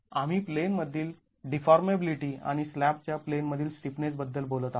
आम्ही प्लेन मधील डीफॉर्मेबीलिटी आणि स्लॅबच्या प्लेन मधील स्टिफनेस बद्दल बोलत आहोत